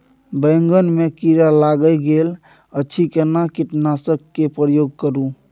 बैंगन में कीरा लाईग गेल अछि केना कीटनासक के प्रयोग करू?